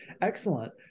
excellent